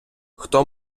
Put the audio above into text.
хто